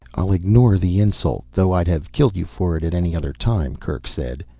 i'll ignore the insult though i'd have killed you for it at any other time, kerk said.